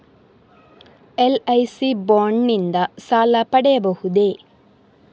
LIC bond ನಿಂದ ಸಾಲ ಪಡೆಯಬಹುದೇ?